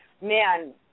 man